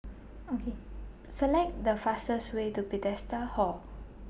O K Select The fastest Way to Bethesda Hall